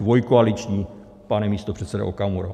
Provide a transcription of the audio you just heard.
Dvoukoaliční, pane místopředsedo Okamuro.